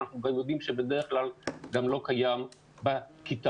אנחנו יודעים שבדרך כלל גם לא קיים בכיתה.